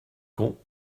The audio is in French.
con